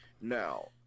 now